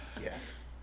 Yes